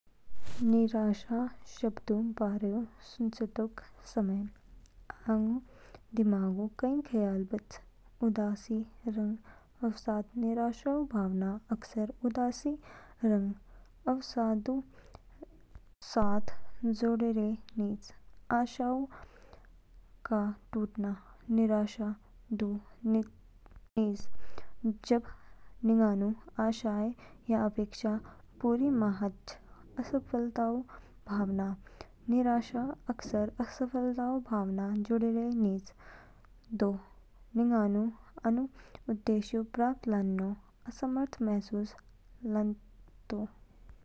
निराशा शब्दऊ बारेऊ सुचेतो समय, अंग दिमागो कई ख्याल बच। उदासी रंग अवसाद निराशाऊ भावना अक्सर उदासी रंग अवसादऊ साथ जुडेडे निज। आशाओं का टूटना निराशा दू निज जब निगानू आशाएं या अपेक्षाएं पूरी मा हाच। असफलताऊ भावना निराशा अक्सर असफलताऊ भावना जुडेडे निज, दो निगू आनु लक्ष्योंऊ प्राप्त लानो असमर्थ महसूस लान्चे तो।